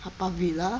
haw par villa